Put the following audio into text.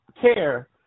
care